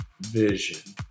vision